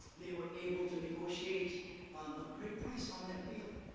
they were able to negotiate a great price on that wheel.